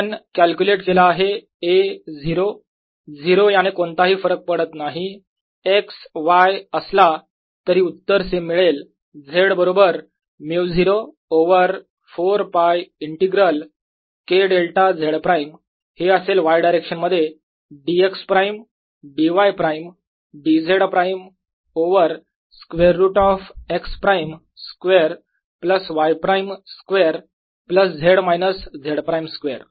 आपण कॅल्क्युलेट केला आहे A 0 0 याने कोणताही फरक पडत नाही x y असला तरी उत्तर सेम मिळेल Z बरोबर μ0 over 4 π integral K delta Z prime हे असेल y डायरेक्शन मध्ये dx prime dy prime dZ prime over square root of x prime square plus y prime square plus z minus Z prime square